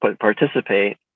participate